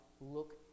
look